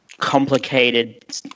complicated